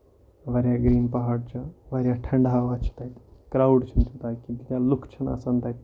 واریاہ گریٖن پہاڑ چھِ واریاہ ٹھنڈٕ ہوا چھُ تَتہِ کراوُڈ چھُ نہٕ تیٚوٗتاہ کیٚنٛہہ یا لُکھ چھِ نہٕ تَتہِ آسان کِہیںۍ